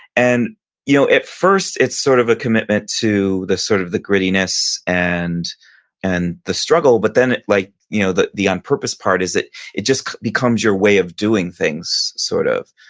and you know at first, it's sort of a commitment to the sort of the grittiness and and the struggle. but then, like you know the the on purpose part is that it just becomes your way of doing things, sort of.